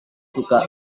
suka